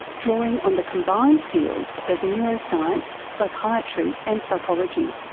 drawing on the combined fields of neuroscience, psychiatry and psychology.